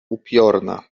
upiorna